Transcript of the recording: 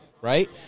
right